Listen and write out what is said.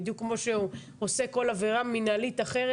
בדיוק כמו שהוא עושה כל עבירה מנהלית אחרת,